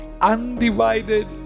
undivided